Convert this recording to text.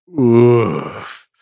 Oof